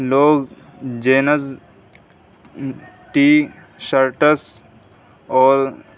لوگ jeans T shirts اور